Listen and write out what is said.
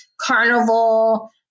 carnival